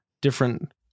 different